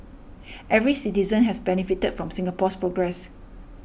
every citizen has benefited from Singapore's progress